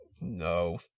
no